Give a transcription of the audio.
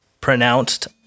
pronounced